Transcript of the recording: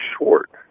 short